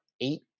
Eight